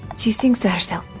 she sings to herself,